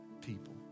people